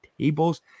tables